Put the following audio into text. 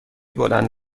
بلند